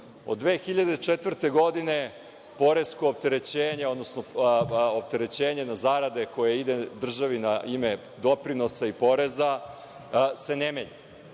odnosno opterećenje na zarade koje ide državi na ime doprinosa i poreza se ne menja